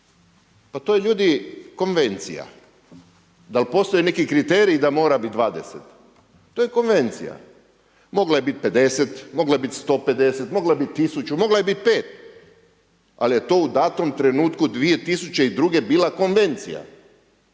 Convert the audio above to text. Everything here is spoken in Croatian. Pa to je ljudi konvencija. Da li postoje neki kriteriji da mora biti 20? To je konvencija. Mogla je biti 50, mogla je biti 150, mogla je biti 1000, mogla je biti 5, ali je to u dato trenutku 2002. bila konvencija.